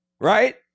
right